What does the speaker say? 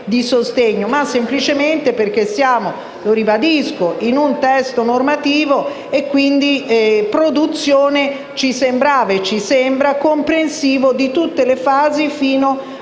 ma semplicemente perché siamo, lo ribadisco, in un testo normativo e quindi «produzione» ci sembrava e ci sembra un termine comprensivo di tutte le fasi fino alla